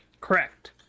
Correct